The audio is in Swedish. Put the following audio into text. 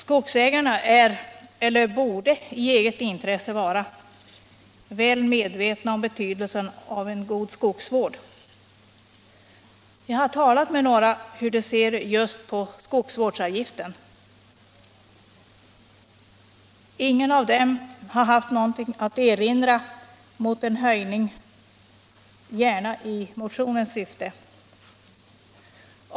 Skogsägarna är eller borde i eget intresse vara väl medvetna om betydelsen av en god skogsvård. Jag har talat med några just om hur de ser på skogsvårdsavgiften. Ingen av dem har någonting att erinra mot en höjning, gärna i motionens syfte.